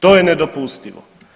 To je nedopustivo.